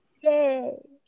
Yay